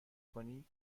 کنی